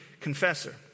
confessor